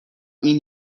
این